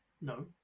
no